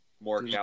more